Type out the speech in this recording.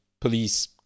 police